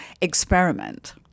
experiment